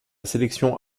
sélection